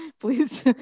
please